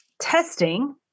testing